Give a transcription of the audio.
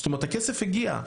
זאת אומרת הכסף הגיע,